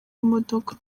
imodoka